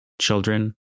children